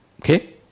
Okay